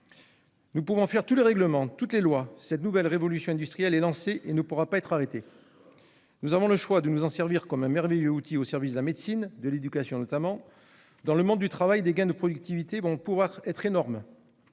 Nous pouvons faire tous les règlements, toutes les lois, cette nouvelle révolution industrielle est lancée et elle ne pourra pas être arrêtée. Nous avons le choix de l'utiliser comme un merveilleux outil, notamment au service de la médecine et de l'éducation. Dans le monde du travail, les gains de productivité seront énormes.